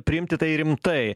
priimti tai rimtai